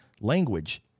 language